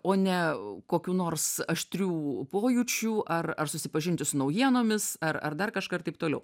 o ne kokių nors aštrių pojūčių ar ar susipažinti su naujienomis ar ar dar kažką ir taip toliau